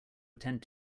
attend